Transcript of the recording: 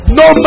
no